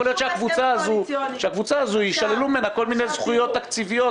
יכול להיות שמהקבוצה הזאת יישללו כל מיני זכויות תקציביות